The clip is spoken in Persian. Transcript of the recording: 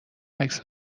عکس